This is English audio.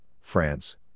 France